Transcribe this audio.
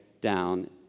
down